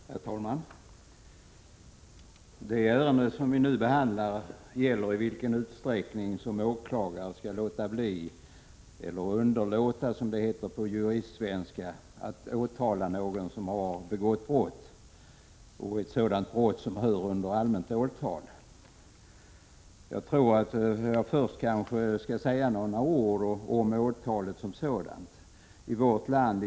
Herr talman! Det ärende som vi nu behandlar gäller i vilken utsträckning som åklagare skall låta bli eller underlåta, som det heter på juristsvenska, att åtala någon som har begått ett brott som hör under allmänt åtal. Jag skall först säga några ord om åtalet som sådant.